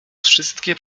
wszystkie